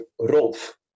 Rolf